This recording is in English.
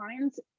lines